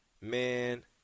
Man